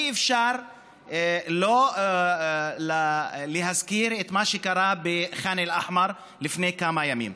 אי-אפשר לא להזכיר את מה שקרה בח'אן אל-אחמר לפני כמה ימים.